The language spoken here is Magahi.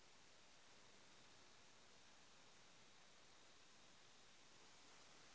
गायेर एक लीटर दूधेर कीमत की होबे चही?